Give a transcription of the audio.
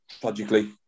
tragically